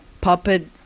Puppet